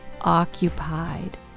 occupied